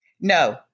No